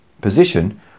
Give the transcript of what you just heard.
position